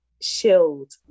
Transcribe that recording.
shield